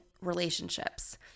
relationships